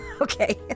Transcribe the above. Okay